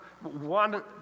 one